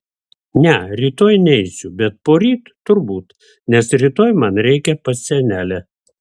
ne rytoj neisiu bet poryt turbūt nes rytoj man reikia pas senelę